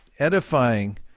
edifying